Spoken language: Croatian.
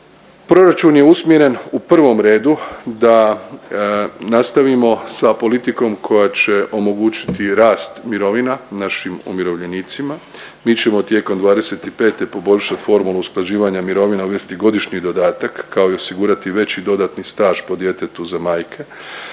Proračun je usmjeren u prvom redu da nastavimo sa politikom koja će omogućiti rast mirovina našim umirovljenicima. Mi ćemo tijekom '25. poboljšat formulu usklađivanja mirovina uvesti godišnji dodatak kao i osigurati veći dodatni staž po djetetu za majke.